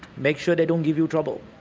make sure they don't give you trouble.